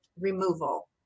removal